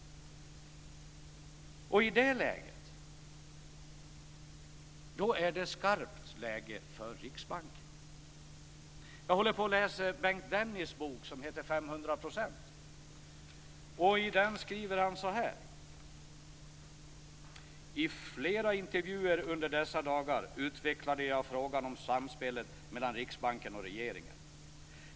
Då är det ett skarpt läge för Riksbanken. Jag håller på och läser Bengt Dennis bok 500 %. Där skriver han så här: "I flera intervjuer under dessa dagar utvecklade jag frågan om samspelet mellan Riksbanken och regeringen.